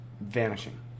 vanishing